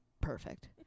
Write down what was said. perfect